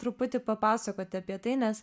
truputį papasakoti apie tai nes